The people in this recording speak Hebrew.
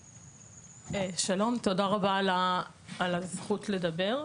שלום, תודה רבה על הזכות לדבר,